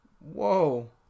whoa